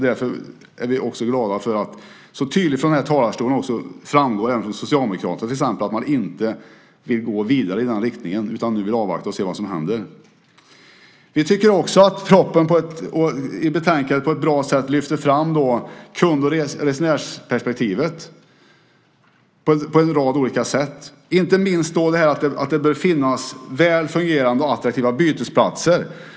Därför är vi glada för att det så tydligt från den här talarstolen framgår att inte heller Socialdemokraterna vill gå vidare i den riktningen utan vill avvakta och se vad som händer. Vi tycker också att propositionen och betänkandet på ett bra sätt lyfter fram kund och resenärsperspektivet, inte minst att det bör finnas väl fungerande och attraktiva bytesplatser.